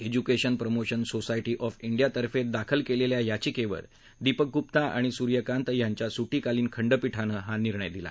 education promotion society of India तर्फे दाखल क्लिस्टिय याचिक्वर दीपक गुप्ता आणि सुर्य कांत यांच्या सुर्धिकालीन खंडपीठानं हा निर्णय दिला